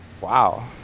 wow